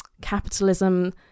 capitalism